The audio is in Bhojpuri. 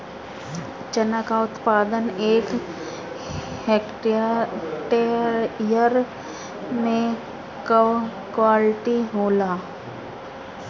चना क उत्पादन एक हेक्टेयर में कव क्विंटल होला?